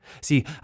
See